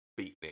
beatnik